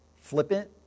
flippant